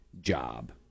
job